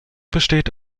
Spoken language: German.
besteht